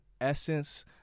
essence